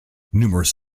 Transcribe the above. numerous